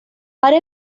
آره